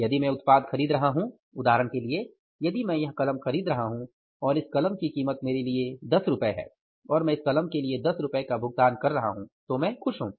यदि मैं उत्पाद खरीद रहा हूँ उदाहरण के लिए यदि मैं यह कलम खरीद रहा हूँ और इस कलम की कीमत मेरे लिए १० रुपये है और मैं इस कलम के लिए १० रुपये का भुगतान कर रहा हूँ तो मैं खुश हूँ